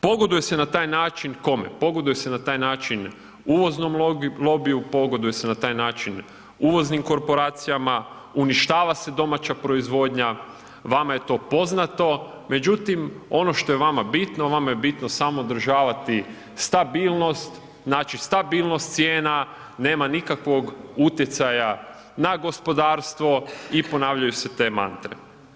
Pogoduje se na taj način, kome, pogoduje se na taj način uvoznom lobiju, pogoduje se na taj način uvoznim korporacijama, uništava se domaća proizvodnja, vama je to poznato, međutim ono što je vama bitno, vama je bitno samo održavati stabilnost, znači stabilnost cijena, nema nikakvog utjecaja na gospodarstvo i ponavljaju se te mantre.